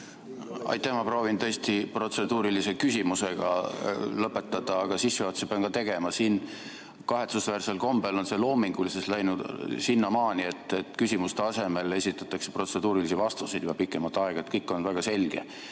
Aitäh! Ma proovin tõesti protseduurilise küsimusega lõpetada, aga sissejuhatuse pean ka tegema. Kahetsusväärsel kombel on siin see loomingulisus läinud sinnamaani, et küsimuste asemel esitatakse protseduurilisi vastuseid juba pikemat aega. Kõik on küsija